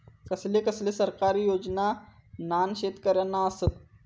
कसले कसले सरकारी योजना न्हान शेतकऱ्यांना आसत?